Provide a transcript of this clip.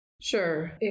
Sure